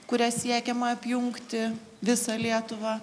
kuria siekiama apjungti visą lietuvą